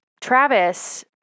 Travis